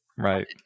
Right